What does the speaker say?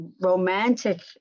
romantic